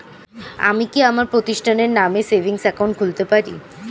আমি কি আমার প্রতিষ্ঠানের নামে সেভিংস একাউন্ট খুলতে পারি?